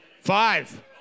five